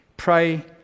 pray